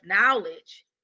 knowledge